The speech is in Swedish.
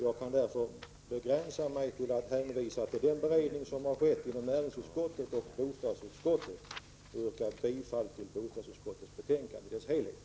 Jag kan därför begränsa mig till att hänvisa till den beredning som har skett inom näringsutskottet och bostadsutskottet. Jag yrkar bifall till hemställan i bostadsutskottets betänkande i dess helhet.